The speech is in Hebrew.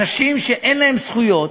אנשים שאין להם זכויות,